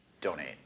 donate